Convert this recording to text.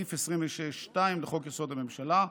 לסעיף 26(2) לחוק-יסוד: הממשלה.